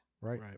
Right